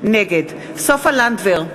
נגד סופה לנדבר,